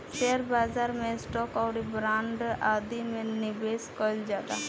share बाजार में stock आउरी बांड आदि में निबेश कईल जाला